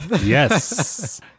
yes